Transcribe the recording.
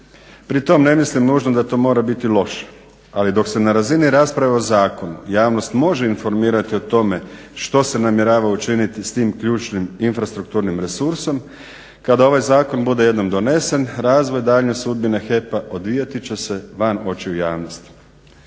Pri tom ne mislim nužno da to mora biti loše, ali dok se na razini rasprave o zakonu javnost može informirati o tome što se namjerava učiniti s tim ključnim infrastrukturnim resursom kada ovaj zakon bude jednom donesen razvoj daljnje sudbine HEP-a odvijati će se van očiju javnosti.